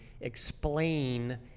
explain